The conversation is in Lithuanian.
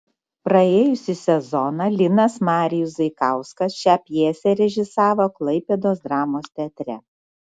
praėjusį sezoną linas marijus zaikauskas šią pjesę režisavo klaipėdos dramos teatre